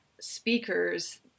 speakers